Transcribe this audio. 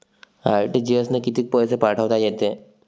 RTGS न कितीक पैसे पाठवता येते?